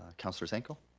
councilor zanko?